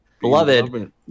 Beloved